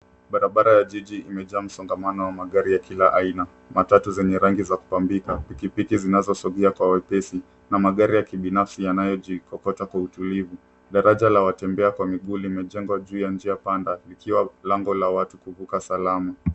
Bara bara ya jiji imejaa msongamano wa magari ya kila aina matatu zenye rangi ya kupambika piki piki zinasogia kwa wepesi na magari ya kibinafsi yanayojikokota kwa utulivu daraja la watembea kwa miguu limejengwa juu ya njia panda likiwa lango la watu kuvuka salama.